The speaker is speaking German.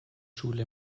schule